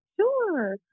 Sure